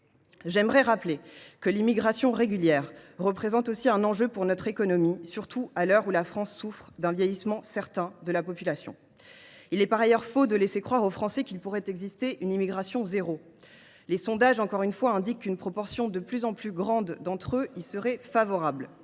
J’aimerais rappeler que l’immigration régulière représente aussi un enjeu pour notre économie, surtout à l’heure où la France souffre d’un vieillissement certain de la population. Par ailleurs, il est faux de laisser croire aux Français qu’il pourrait exister une immigration zéro. Les sondages, encore une fois, indiquent qu’une proportion de plus en plus grande d’entre eux y serait favorable.